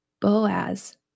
Boaz